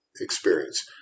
experience